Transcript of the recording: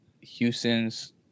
Houston's